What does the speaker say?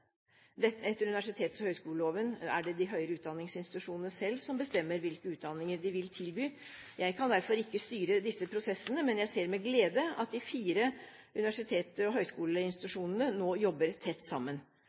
Etter universitets- og høyskoleloven er det de høyere utdanningsinstitusjonene selv som bestemmer hvilke utdanninger de vil tilby. Jeg kan derfor ikke styre disse prosessene, men jeg ser med glede at de fire universitets- og høyskoleinstitusjonene nå jobber tett sammen.